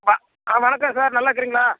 அ ஆ வணக்கம் சார் நல்லாருக்குறிங்களா